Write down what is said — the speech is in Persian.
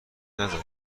نزن